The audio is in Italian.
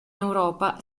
europa